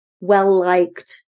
well-liked